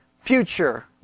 future